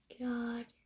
god